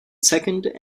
second